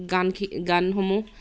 গান খি গানসমূহ